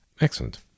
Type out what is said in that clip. Excellent